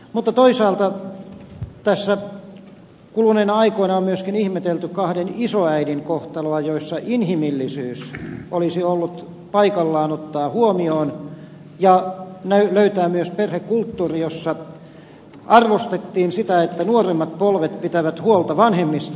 mutta toisaalta tässä kuluneina aikoina on myöskin ihmetelty kahden isoäidin kohtaloa jossa inhimillisyys olisi ollut paikallaan ottaa huomioon ja löytää myös perhekulttuuri jossa arvostettiin sitä että nuoremmat polvet pitävät huolta vanhemmista ikäpolvista